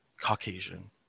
caucasian